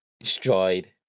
destroyed